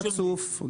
הצוף.